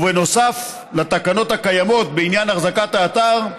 נוסף על התקנות הקיימות בעניין אחזקת האתר,